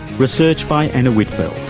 research by anna whitfeld,